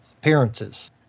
appearances